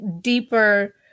deeper